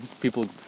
people